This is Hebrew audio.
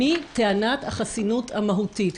אז, זו לא חסינות מהותית.